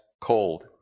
cold